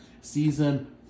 Season